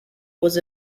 was